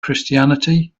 christianity